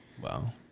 wow